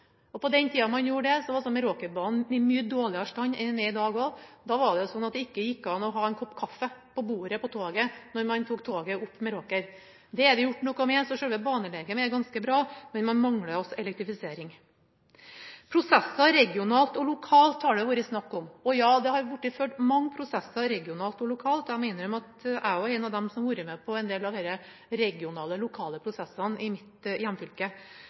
og elektrifiserte jernbanen på svensk side helt inn til Storlien, som er på grensa mot Nord-Trøndelag, for over 1 mrd. kr. På den tida man gjorde det, var også Meråkerbanen i mye dårligere stand enn den er i dag. Da var det sånn at det ikke gikk an å ha en kopp kaffe på bordet på toget da man tok Meråkerbanen. Det er det gjort noe med, så selve banelegemet er ganske bra, men man mangler altså elektrifisering. Det har vært snakk om prosesser regionalt og lokalt. Ja, det har vært ført mange prosesser regionalt og lokalt. Jeg må innrømme at jeg også har vært en av dem som har vært med på disse regionale og lokale prosessene